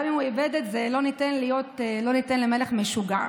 גם אם הוא איבד את זה, לא ניתן למלך משוגע.